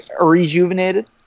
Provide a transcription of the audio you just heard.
rejuvenated